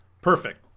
perfect